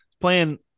playing